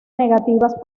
negativas